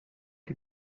ihr